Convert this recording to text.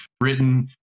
written